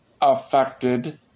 affected